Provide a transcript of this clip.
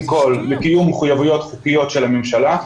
כל לקיום מחויבויות חוקיות של הממשלה.